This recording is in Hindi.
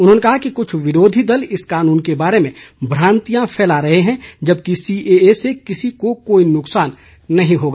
उन्होंने कहा कि कुछ विरोधी दल इस कानून के बारे में भ्रांतियां फैला रहे हैं जबकि सीएए से किसी को कोई नुकसान नहीं होगा